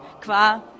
qua